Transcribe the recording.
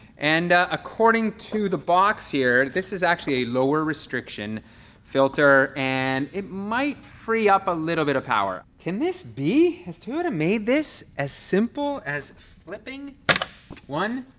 and according to the box here, this is actually a lower restriction filter, and it might free up a little bit of power. can this be? has toyota made this as simple as flipping one,